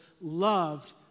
loved